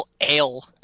Ale